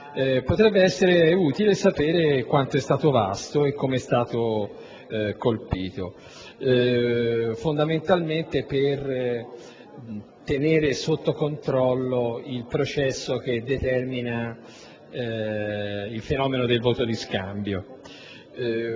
Potrebbe essere utile sapere quanto è stato vasto e come è stato colpito, fondamentalmente per tenere sotto controllo il processo che determina il fenomeno del voto di scambio.